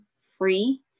free